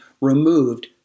removed